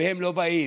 והם לא באים.